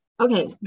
Okay